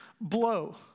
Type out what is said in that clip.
blow